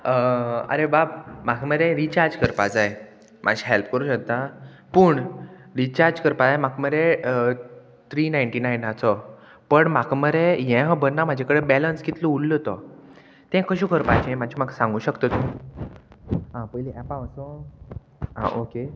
आरे बाब म्हाका मरे रिचार्ज करपा जाय मात्शें हॅल्प करूं शकता पूण रिचार्ज करपा जाय म्हाका मरे त्री नायन्टी नायनाचो पण म्हाका मरे हें खबर ना म्हाजे कडेन बॅलंस कितलो उरलो तो तें कशें करपाचें मात्शें म्हाका सांगू शकता तूं आं पयलीं एपां वसो आं ओके